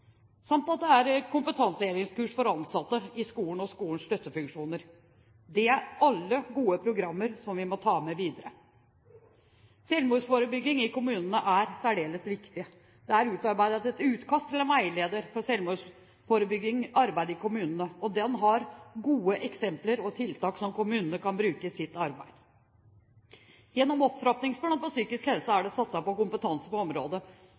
samt at det er kompetansehevingskurs for ansatte i skolen og skolens støttefunksjoner. Det er alle gode program som vi må ta med videre. Selvmordsforebygging i kommunene er særdeles viktig. Det er utarbeidet et utkast til en veileder for selvmordsforebyggende arbeid i kommunene. Den har gode eksempler og tiltak som kommunene kan bruke i sitt arbeid. Gjennom Opptrappingsplanen for psykisk helse er det satset på kompetanse på området.